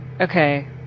Okay